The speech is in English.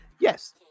Yes